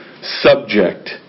subject